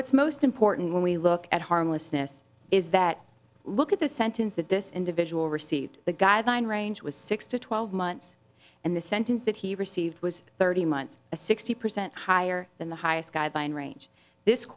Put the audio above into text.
what's most important when we look at harmlessness is that look at the sentence that this individual received the guideline range was six to twelve months and the sentence that he received was thirty months a sixty percent higher than the highest guideline range this